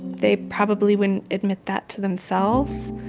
they probably wouldn't admit that to themselves.